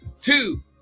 two